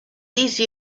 these